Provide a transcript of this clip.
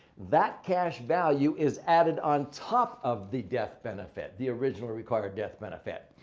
that cash value is added on top of the death benefit, the original required death benefit.